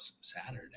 Saturday